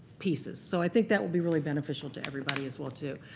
pieces. so i think that will be really beneficial to everybody as well too.